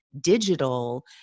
digital